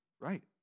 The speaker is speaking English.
Right